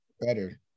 better